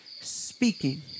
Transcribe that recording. Speaking